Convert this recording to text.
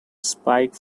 spike